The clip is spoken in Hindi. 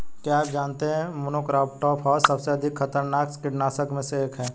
क्या आप जानते है मोनोक्रोटोफॉस सबसे खतरनाक कीटनाशक में से एक है?